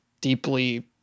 deeply